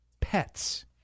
pets